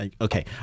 okay